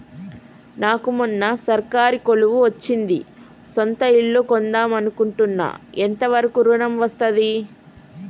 నాకు మొన్న సర్కారీ కొలువు వచ్చింది సొంత ఇల్లు కొన్దాం అనుకుంటున్నా ఎంత వరకు ఋణం వస్తది?